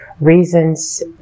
reasons